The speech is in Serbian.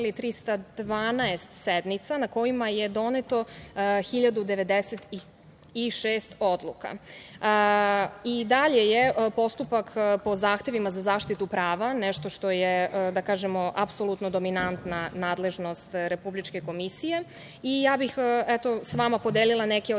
312 sednica, na kojima je doneto 1096 odluka. I dalje je postupak po zahtevima za zaštitu prava nešto što je apsolutno dominantna nadležnost Republičke komisije i ja bih s vama podelila neke od